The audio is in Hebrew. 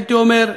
הייתי אומר,